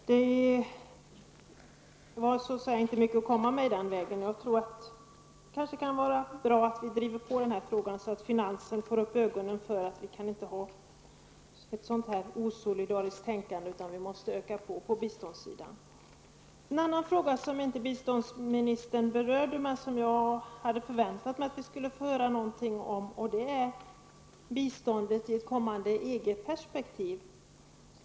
Det var inte mycket att komma med. Jag tror att det kan vara bra att vi driver på denna fråga, så att finansdepartementet får upp ögonen för att vi inte kan ha ett sådant osolidariskt tänkande, utan måste öka biståndssidan. En annan fråga, som inte biståndsministern berörde, men som jag förväntat mig få höra någonting om är biståndet i ett kommande EG perspektiv.